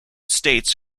states